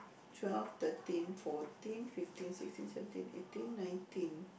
twelve thirteen fourteen fifteen sixteen seventeen eighteen nineteen